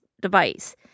device